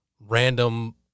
random